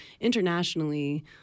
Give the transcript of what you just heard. internationally